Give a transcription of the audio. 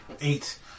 Eight